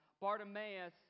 Bartimaeus